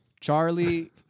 Charlie